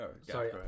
Sorry